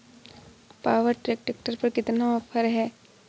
Power track tractor पर कितना offer है?